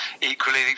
equally